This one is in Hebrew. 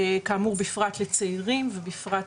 כאמור בפרט לצעירים ובפרט